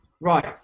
Right